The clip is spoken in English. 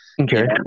Okay